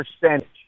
percentage